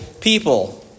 people